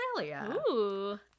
Australia